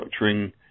structuring